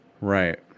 Right